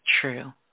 true